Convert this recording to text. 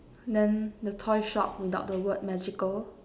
then the toy shop without the word magical